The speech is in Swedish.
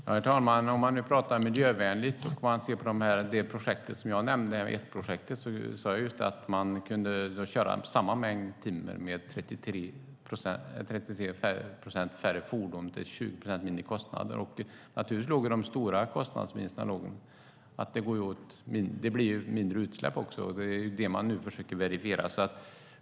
Herr talman! Om man nu pratar om det som är miljövänligt kan man se på det projekt som jag nämnde, ETT-projektet. Jag sade just att man kunde köra samma mängd timmer med 33 procent färre fordon till 20 procent mindre kostnader. Naturligtvis ligger de stora kostnadsminskningarna i att det blir mindre utsläpp. Det är det som man nu försöker verifiera.